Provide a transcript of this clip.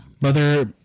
Mother